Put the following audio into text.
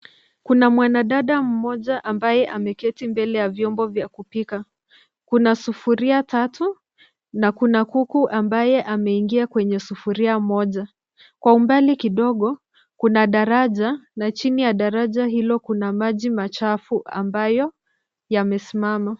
Kuna mwanadada mmoja ambaye ameketi mbele ya vyombo vya kupika. Kuna sufuria tatu na kuna kuku ambaye ameingia kwenye sufuria moja. Kwa umbali kidogo kuna daraja, na chini ya daraja hilo kuna maji machafu ambayo yamesimama.